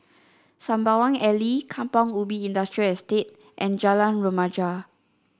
Sembawang Alley Kampong Ubi Industrial Estate and Jalan Remaja